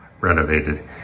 renovated